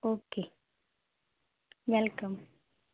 okay welcome